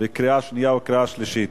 בקריאה שנייה וקריאה שלישית.